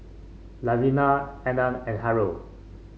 Levina Arlan and Harrold